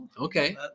Okay